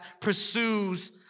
pursues